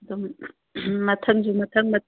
ꯑꯗꯨꯝ ꯃꯊꯪꯁꯨ ꯃꯊꯪ